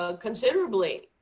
ah considerably,